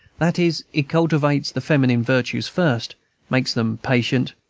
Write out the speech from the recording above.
that is, it cultivates the feminine virtues first makes them patient,